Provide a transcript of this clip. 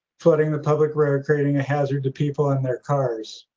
flooding the public road creating a hazard to people in their cars.